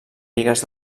bigues